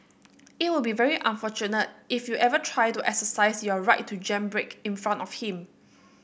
it will be very unfortunate if you ever try to exercise your right to jam brake in front of him